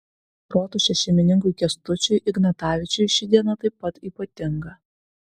rotušės šeimininkui kęstučiui ignatavičiui ši diena taip pat ypatinga